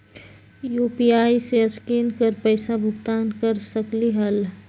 UPI से scan कर पईसा भुगतान कर सकलीहल?